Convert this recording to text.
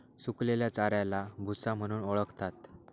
सुकलेल्या चाऱ्याला भुसा म्हणून ओळखतात